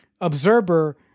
observer